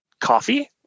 coffee